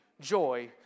joy